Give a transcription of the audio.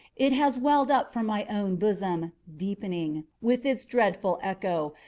it has welled up from my own bosom, deepening, with its dreadful echo,